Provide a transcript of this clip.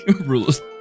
rules